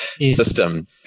system